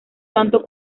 tanto